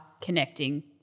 connecting